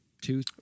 two